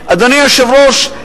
אדוני היושב-ראש,